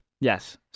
Yes